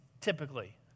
typically